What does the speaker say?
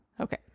Okay